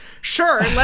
sure